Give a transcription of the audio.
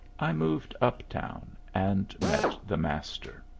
i moved uptown and met the master.